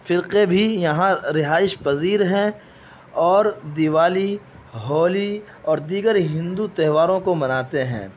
فرقے بھی یہاں رہائش پذیر ہیں اور دیوالی ہولی اور دیگر ہندو تہواروں کو مناتے ہیں